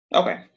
okay